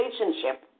relationship